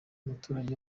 umuturage